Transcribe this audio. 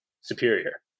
superior